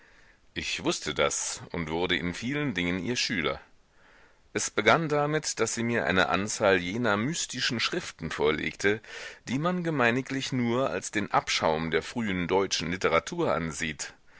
ich wußte das und wurde in vielen dingen ihr schüler es begann damit daß sie mir eine anzahl jener mystischen schriften vorlegte die man gemeiniglich nur als den abschaum der frühen deutschen literatur ansieht